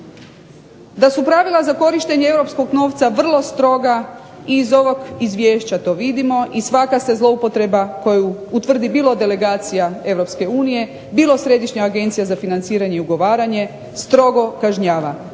Da su pravila za korištenje europskog novca vrlo stroga iz ovog izvješća to vidimo i svaka se zloupotreba koju utvrdi bilo Delegacija EU bilo Središnja agencija za financiranje i ugovaranje strogo kažnjava